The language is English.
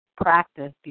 practice